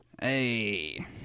Hey